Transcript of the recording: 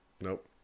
Nope